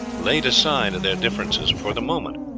laid aside their differences for the moment,